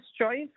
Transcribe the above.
choice